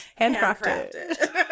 Handcrafted